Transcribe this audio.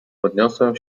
podniosłem